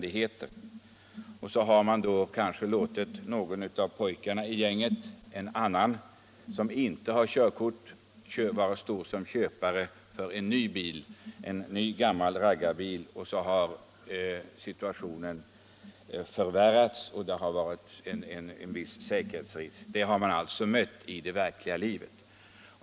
Därefter har man kanske låtit någon annan av pojkarna i gänget — en som inte har körkort — stå såsom köpare till en gammal raggarbil. Situationen har förvärrats och dessa gäng har varit en viss säkerhetsrisk. Detta har förekommit i verkliga livet.